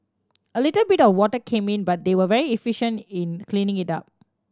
a little bit of water came in but they were very efficient in cleaning it up